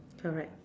correct